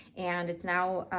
and it's now,